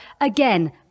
again